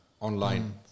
online